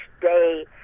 day